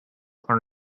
are